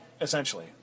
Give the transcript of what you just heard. essentially